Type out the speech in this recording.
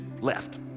left